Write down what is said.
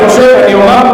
אני אומר,